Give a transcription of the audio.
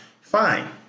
Fine